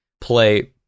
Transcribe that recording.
play